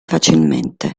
facilmente